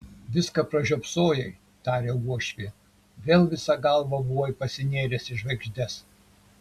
viską pražiopsojai tarė uošvė vėl visa galva buvai pasinėręs į žvaigždes